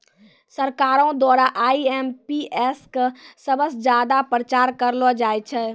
सरकारो द्वारा आई.एम.पी.एस क सबस ज्यादा प्रचार करलो जाय छै